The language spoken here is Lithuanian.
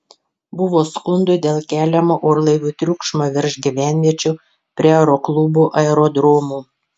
buvo skundų dėl keliamo orlaivių triukšmo virš gyvenviečių prie aeroklubų aerodromų